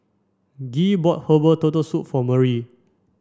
Gee bought herbal turtle soup for Murry